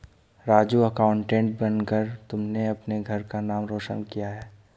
Raju accountant बनकर तुमने अपने घर का नाम रोशन किया है